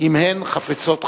אם הן חפצות חיים.